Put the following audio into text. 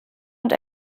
und